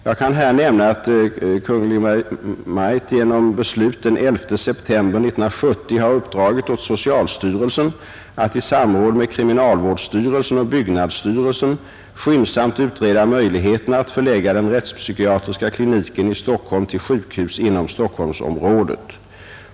Jag kan här nämna att Kungl. Maj:t genom beslut den 11 september 1970 har uppdragit åt socialstyrelsen att i samråd med kriminalvårdsstyrelsen och byggnadsstyrelsen skyndsamt utreda möjligheterna att förlägga den rättspsykiatriska kliniken i Stockholm till sjukhus inom Stockholmsområdet.